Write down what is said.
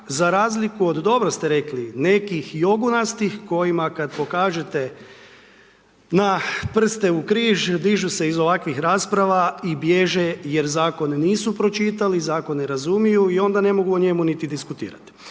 za razliku od dobro ste rekli nekih jogunastih kojima kad pokažete na prste u križ, dižu se iz ovakvih rasprava i bježe jer zakon nisu pročitali, zakon ne razumiju i onda ne mogu o njemu niti diskutirati.